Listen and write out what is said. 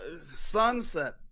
Sunset